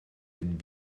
den